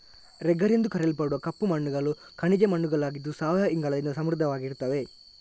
ರೆಗರ್ ಎಂದು ಕರೆಯಲ್ಪಡುವ ಕಪ್ಪು ಮಣ್ಣುಗಳು ಖನಿಜ ಮಣ್ಣುಗಳಾಗಿದ್ದು ಸಾವಯವ ಇಂಗಾಲದಿಂದ ಸಮೃದ್ಧವಾಗಿರ್ತವೆ